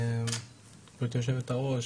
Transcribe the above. גברתי היו"ר,